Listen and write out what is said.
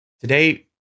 today